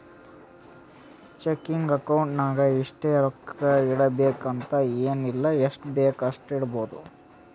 checking account ನಾಗ್ ಇಷ್ಟೇ ರೊಕ್ಕಾ ಇಡಬೇಕು ಅಂತ ಎನ್ ಇಲ್ಲ ಎಷ್ಟಬೇಕ್ ಅಷ್ಟು ಇಡ್ಬೋದ್